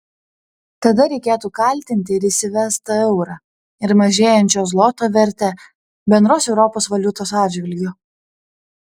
tada reikėtų kaltinti ir įsivestą eurą ir mažėjančio zloto vertę bendros europos valiutos atžvilgiu